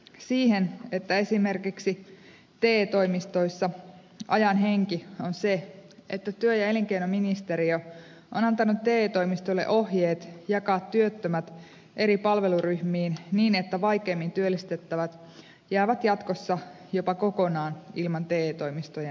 siihen että esimerkiksi te toimistoissa ajan henki on se että työ ja elinkeinoministeriö on antanut te toimistoille ohjeet jakaa työttömät eri palveluryhmiin niin että vaikeimmin työllistettävät jäävät jatkossa jopa kokonaan ilman te toimistojen palveluita